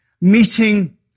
meeting